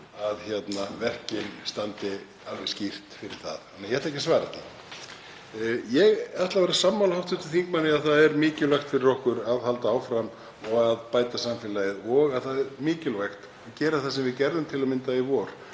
að verkin standi alveg skýrt fyrir það þannig að ég ætla ekki að svara því. Ég er sammála hv. þingmanni að það er mikilvægt fyrir okkur að halda áfram að bæta samfélagið og það er mikilvægt að gera það sem við gerðum til að mynda í vor,